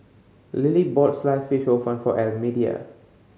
Lilie bought Sliced Fish Hor Fun for Almedia